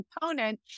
component